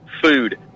food